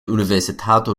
universitato